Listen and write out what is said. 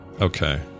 Okay